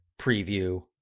preview